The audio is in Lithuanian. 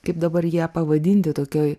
kaip dabar ją pavadinti tokioj